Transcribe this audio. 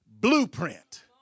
blueprint